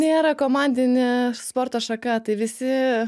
nėra komandinė sporto šaka tai visi